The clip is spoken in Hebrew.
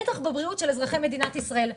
בטח בבריאות של אזרחי מדינת ישראל.